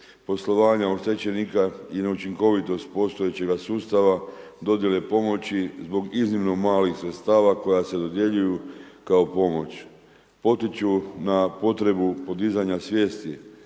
poslovanja oštećenika i neučinkovitost postojećega sustava, dodjele pomoći zbog iznimno malih sredstava koja se dodjeljuju kao pomoć. Potiču na potrebu podizanja svijesti